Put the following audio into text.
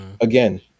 Again